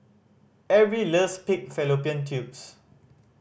Erby loves pig fallopian tubes